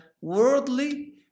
worldly